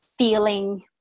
feeling